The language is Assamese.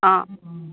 অঁ অঁ